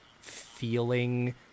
feeling